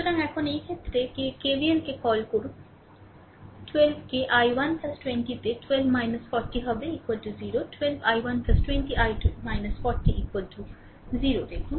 সুতরাং এখন এই ক্ষেত্রে কে KVL কে কল করুন 12 কে I1 20 তে I2 40 হবে 0 12 I1 20 I2 40 0 দেখুন